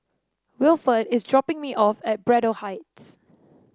Wilford is dropping me off at Braddell Heights